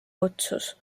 kutsus